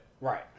Right